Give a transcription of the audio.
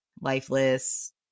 lifeless